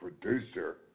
producer